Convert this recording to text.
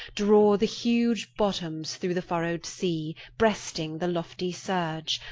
draw the huge bottomes through the furrowed sea, bresting the loftie surge.